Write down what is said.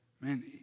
man